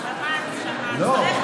שמענו, שמענו.